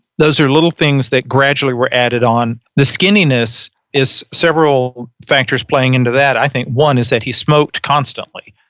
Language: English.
those are little things that gradually were added on. the skinniness is several factors playing into that, i think one is that he smoked constantly.